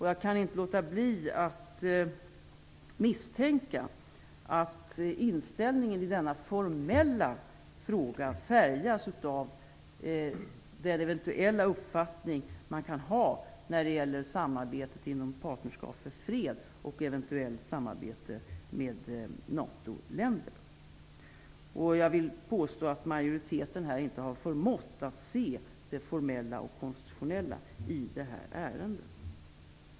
Jag kan inte låta bli att misstänka att inställningen i denna formella fråga färgas av den eventuella uppfattning som man kan ha när det gäller samarbetet inom Partnerskap för fred och eventuellt samarbete med Jag vill påstå att majoriteten här inte har förmått se det formella och konstitutionella i det här ärendet.